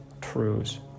truths